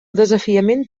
desafiament